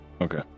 Okay